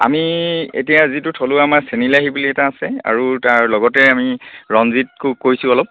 আমি এতিয়া যিটো থলুৱা আমাৰ চেনিলাহী বুলি এটা আছে আৰু তাৰ লগতে আমি ৰঞ্জিত ক কৰিছো অলপ